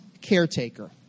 caretaker